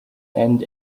and